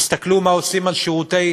תסתכלו מה עושים לשירותים